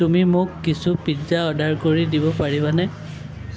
তুমি মোক কিছু পিজ্জা অৰ্ডাৰ কৰি দিব পাৰিবানে